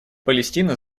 палестина